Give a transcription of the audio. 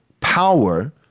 power